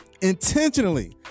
intentionally